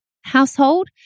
household